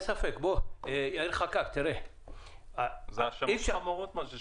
מה ששמענו, אלה האשמות חמורות.